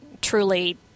truly